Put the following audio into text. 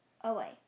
away